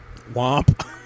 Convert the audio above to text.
womp